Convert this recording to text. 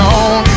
on